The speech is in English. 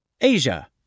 Asia